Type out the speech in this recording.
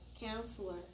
Counselor